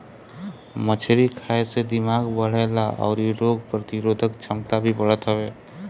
मछरी खाए से दिमाग बढ़ेला अउरी रोग प्रतिरोधक छमता भी बढ़त हवे